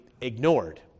ignored